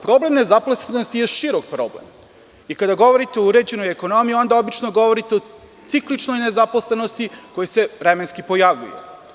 Problem nezaposlenosti je širok problem i kada govorite o uređenoj ekonomiji onda obično govorite o cikličnoj nezaposlenosti koja se vremenski pojavljuje.